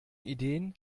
ideen